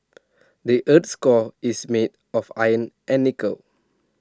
the Earth's core is made of iron and nickel